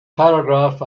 paragraph